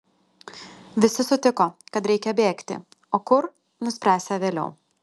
visi sutiko kad reikia bėgti o kur nuspręsią vėliau